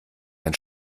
dein